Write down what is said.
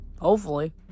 Hopefully